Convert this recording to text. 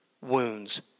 wounds